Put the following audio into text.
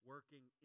working